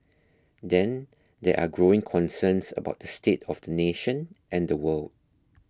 then there are growing concerns about the state of the nation and the world